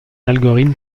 algorithme